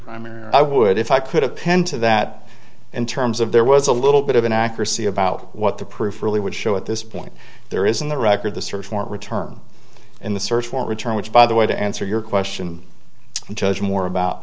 primer i would if i could append to that in terms of there was a little bit of an accuracy about what the proof really would show at this point there is in the record the search warrant return in the search for return which by the way to answer your question and judge more about